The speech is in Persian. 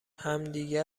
همدیگه